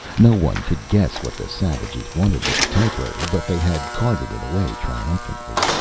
no one could guess what the savages wanted with the typewriter, but they had carted it away triumphantly.